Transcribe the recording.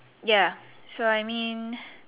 ya so I mean